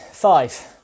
Five